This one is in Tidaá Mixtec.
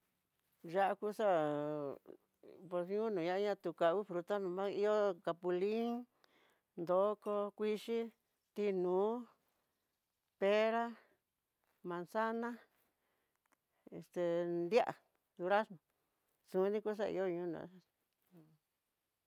Ya'a ku xa'a pus ñono ñaña kuta uu fruta ihó capulin, ndoko, kuixhii, kiinó, pera, manzana este nriá, durazno xoni kuaxa ihó ñana un.